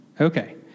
Okay